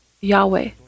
Yahweh